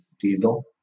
diesel